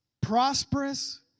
prosperous